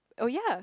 oh ya